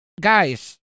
guys